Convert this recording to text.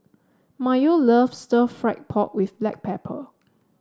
Mayo loves Stir Fried Pork with Black Pepper